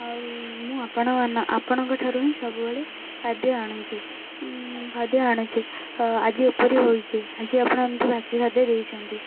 ଆଉ ମୁଁ ଆପଣ ଆପଣଙ୍କଠାରୁ ହିଁ ସବୁବେଳେ ଖାଦ୍ୟ ଆଣୁଛି ଖାଦ୍ୟ ଆଣୁଛି ଆଜି ଏପରି ହୋଇଛି ଆଜି ଆପଣ ଏମତି ବାସି ଖାଦ୍ୟ ଦେଇଛନ୍ତି